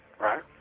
right